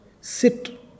sit